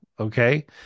Okay